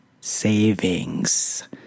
Savings